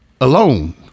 alone